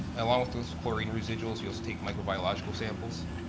along with those chlorine residuals, we also take microbiological samples,